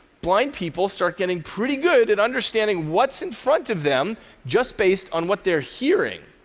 blind people start getting pretty good at understanding what's in front of them just based on what they're hearing.